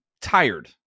tired